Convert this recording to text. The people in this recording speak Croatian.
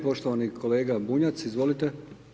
Poštovani kolega Bunjac, izvolite.